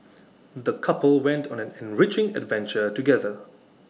the couple went on an enriching adventure together